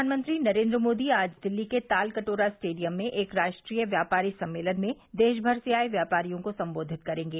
प्रधानमंत्री नरेंद्र मोदी आज दिल्ली के तालकटोरा स्टेडियम में एक राष्ट्रीय व्यापारी सम्मेलन में देश भर से आए व्यापारियों को सम्बोधित करेंगे